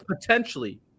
potentially